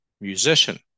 musician